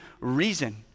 reason